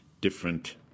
different